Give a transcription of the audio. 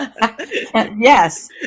Yes